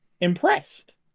impressed